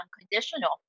unconditional